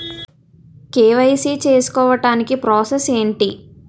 KYC చేసుకోవటానికి process ఏంటి?